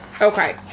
Okay